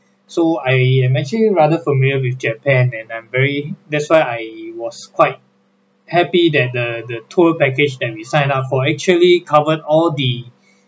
so I am actually rather familiar with japan and I'm very that's why I was quite happy that the the tour package that we signed up for actually covered all the